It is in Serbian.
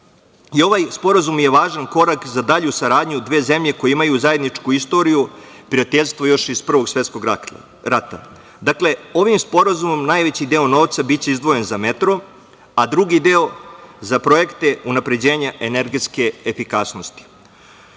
Ovaj sporazum je važan korak za dalju saradnju dve zemlje koje imaju zajedničku istoriju, prijateljstvo još iz Prvog svetskog rata. Dakle, ovim sporazumom najveći deo novca biće izdvojen za metro, a drugi deo za projekte unapređenja energetske efikasnosti.